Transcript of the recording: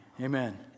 Amen